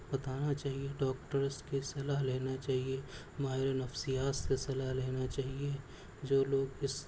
بتانا چاہیے ڈاکٹرس کی صلاح لینا چاہیے ماہر نفسیات سے صلاح لینا چاہیے جو لوگ اس